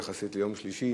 יחסית ליום שלישי,